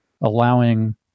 allowing